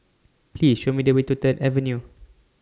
Please Show Me The Way to Third Avenue